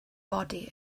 body